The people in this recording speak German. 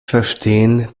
verstehen